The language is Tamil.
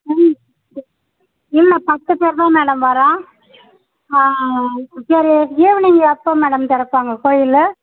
மேம் இல்லை மேம் பத்து பேர் தான் மேடம் வரோம் ஆ ஆ சரி ஈவினிங் எப்போ மேடம் திறப்பாங்க கோயில்